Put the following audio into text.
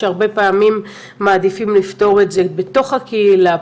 שהרבה פעמים מעדיפים לפתור את זה בתוך הקהילה,